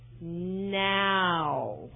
now